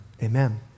Amen